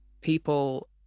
people